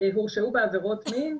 הורשעו בעבירות מין,